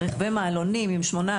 רכבי מעלונים עם שמונה,